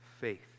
faith